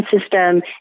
system